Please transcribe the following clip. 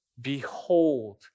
Behold